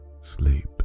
sleep